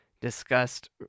discussed